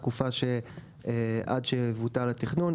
התקופה שעד שיבוטל התכנון,